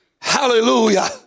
hallelujah